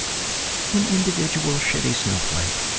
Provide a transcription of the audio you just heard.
an individual, shitty snowflake.